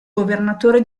governatore